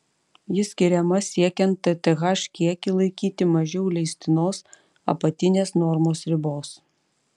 ji skiriama siekiant tth kiekį laikyti mažiau leistinos apatinės normos ribos